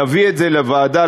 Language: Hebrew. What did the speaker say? נביא את זה לוועדה,